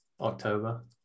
October